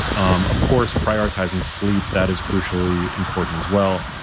um of course prioritizing sleep, that is crucially important as well.